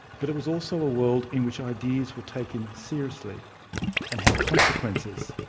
but it was also a world in which ideas were taken seriously and had consequences.